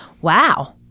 wow